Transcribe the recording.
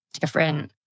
different